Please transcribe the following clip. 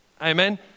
Amen